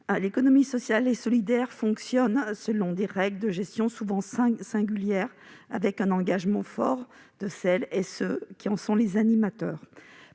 l'économie sociale et solidaire fonctionne selon des règles de gestion souvent singulières, avec un engagement fort de celles et ceux qui en sont les animateurs.